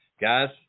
guys